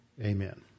Amen